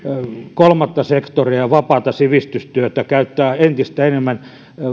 kolmatta sektoria ja vapaata sivistystyötä käyttää entistä enemmän